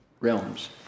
realms